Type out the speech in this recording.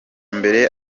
mbere